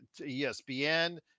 ESPN